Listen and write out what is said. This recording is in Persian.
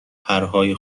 پرهای